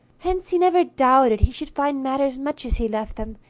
hence he never doubted he should find matters much as he left them,